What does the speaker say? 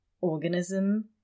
organism